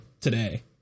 today—